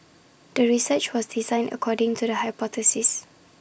the research was designed according to the hypothesis